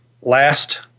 last